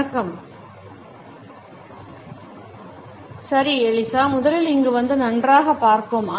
வணக்கம் ஹூஹ் ஸ்லைடு நேரம் பார்க்கவும் 0810 சரி எலிஸா முதலில் இங்கு வந்து நன்றாக பார்க்கவும்